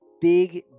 Big